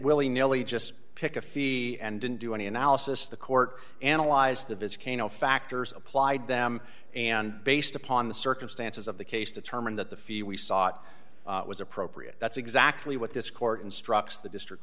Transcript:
willy nilly just pick a fee and didn't do any analysis the court analyzed the visit kaino factors applied them and based upon the circumstances of the case determined that the fee we sought was appropriate that's exactly what this court instructs the district